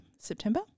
September